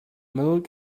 milk